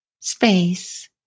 space